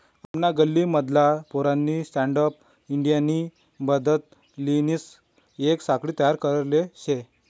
आमना गल्ली मधला पोऱ्यानी स्टँडअप इंडियानी मदतलीसन येक साखळी तयार करले शे